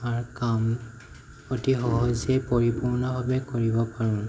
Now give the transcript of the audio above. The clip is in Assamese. আমাৰ কাম অতি সহজে পৰিপূৰ্ণভাৱে কৰিব পাৰোঁ